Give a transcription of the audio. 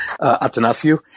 Atanasio